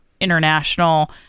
international